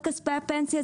את כספי הפנסיה,